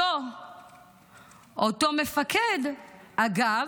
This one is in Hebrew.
אותו מפקד, אגב,